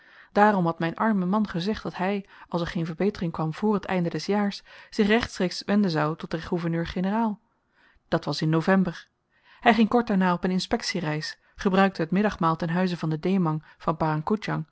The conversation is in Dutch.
daarom had myn arme man gezegd dat hy als er geen verbetering kwam vr t einde des jaars zich rechtstreeks wenden zou tot den gouverneur-generaal dat was in november hy ging kort daarna op een inspektiereis gebruikte het middagmaal ten huize van den dhemang van